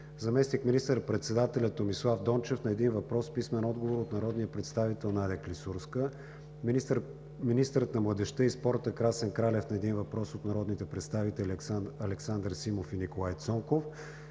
заместник министър-председателят Томислав Дончев на един въпрос с писмен отговор от народния представител Надя Клисурска; - министърът на младежта и спорта Красен Кралев на един въпрос от народните представители Александър Симов и Николай Цонков;